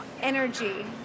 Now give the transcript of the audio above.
energy